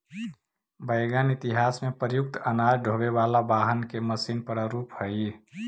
wagon इतिहास में प्रयुक्त अनाज ढोवे वाला वाहन के मशीन प्रारूप हई